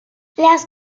las